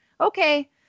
okay